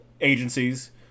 agencies